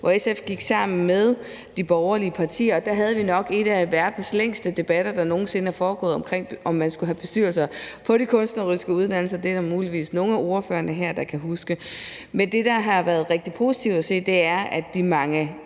hvor SF gik sammen med de borgerlige partier, og der havde vi nok en af verdens længste debatter om, hvorvidt man skulle have bestyrelser på de kunstneriske uddannelser. Det er der muligvis nogle af ordførerne her der kan huske. Men det, der har været rigtig positivt at se, er, at de mange